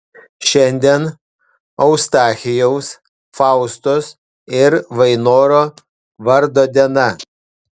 šiandien eustachijaus faustos ir vainoro vardo diena